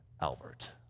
Albert